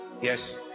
Yes